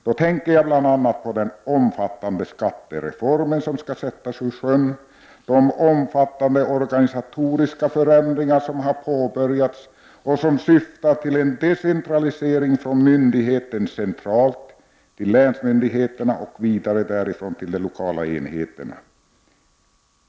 Då tänker jag bl.a. på den omfattande skattereform som skall sättas i sjön och på de omfattande organisatoriska förändringar som har påbörjats och som syftar till en decentralisering från myndigheten centralt till länsmyndigheterna och vidare därifrån till de lokala enheterna.